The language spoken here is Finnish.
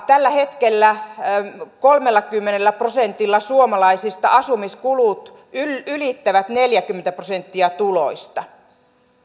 tällä hetkellä kolmellakymmenellä prosentilla suomalaisista asumiskulut ylittävät neljäkymmentä prosenttia tuloista